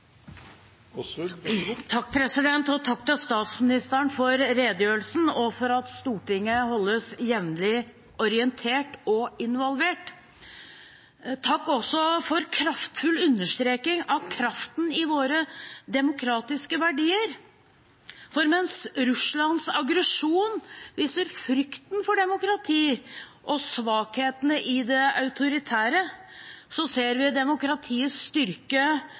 Takk til statsministeren for redegjørelsen og for at Stortinget holdes jevnlig orientert og involvert. Takk også for kraftfull understreking av kraften i våre demokratiske verdier, for mens Russlands aggresjon viser frykten for demokrati og svakhetene i det autoritære, ser vi demokratiets